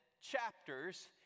chapters